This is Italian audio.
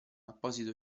apposito